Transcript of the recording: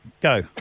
Go